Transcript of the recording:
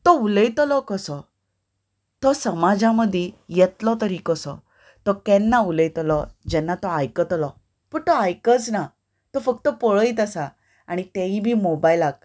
तो उलयतलो कसो तो समाजा मदीं येतलो तरी कसो तो केन्ना उलयतलो जेन्ना तो आयकतलो पूण तो आयकच ना तो फक्त पळयत आसता आनी तेयी बी मोबायलाक